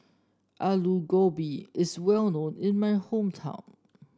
Aloo Gobi is well known in my hometown